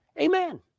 Amen